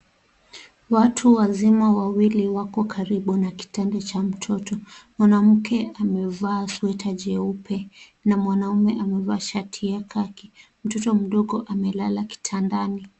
Watu wazima wawili wako karibu na kitanda cha mtoto na mke amevaa sweta jeupe na mwanaume amevaa shati ya khaki. Mtoto mdogo amelala kitandani.